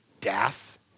death